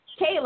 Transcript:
Kayla